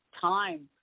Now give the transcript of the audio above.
time